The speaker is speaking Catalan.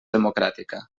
democràtica